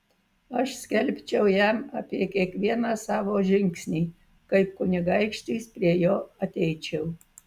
aš skelbčiau jam apie kiekvieną savo žingsnį kaip kunigaikštis prie jo ateičiau